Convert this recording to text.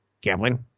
gambling